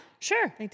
sure